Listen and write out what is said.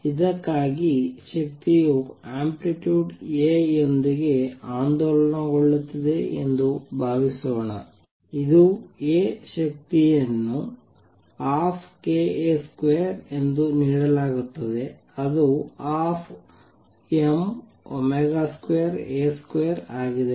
ಇದಕ್ಕಾಗಿ ಶಕ್ತಿಯು amplitude A ಯೊಂದಿಗೆ ಆಂದೋಲನಗೊಳ್ಳುತ್ತಿದೆ ಎಂದು ಭಾವಿಸೋಣ ಇದು A ಶಕ್ತಿಯನ್ನು 12kA2 ಎಂದು ನೀಡಲಾಗುತ್ತದೆ ಅದು 12m2A2 ಆಗಿದೆ